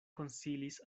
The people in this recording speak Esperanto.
konsilis